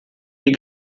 die